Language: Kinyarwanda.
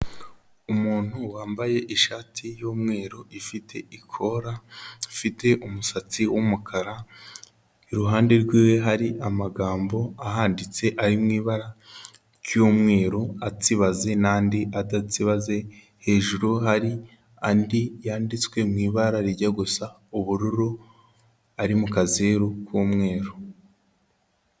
Umuntu wambaye ishati y'umweru ifite ikora, afite umusatsi w'umukara, iruhande rwiwe hari amagambo ahanditse ari mu ibara ry'umweru atsibaze n'andi adatsibaze, hejuru hari andi yanditswe mu ibara rijya gusa ubururu ari mu kazeru k'umweru.